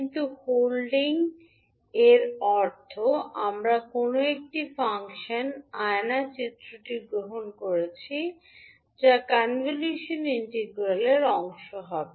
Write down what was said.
কিন্তু holding holding এর অর্থ আমরা কোনও একটি ফাংশনের আয়না চিত্রটি গ্রহণ করি যা কনভলিউশন ইন্টিগ্রালের অংশ হবে